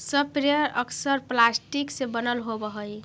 sprayer अक्सर plastic के बनल होवऽ हई